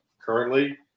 currently